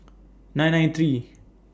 nine nine three